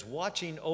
watching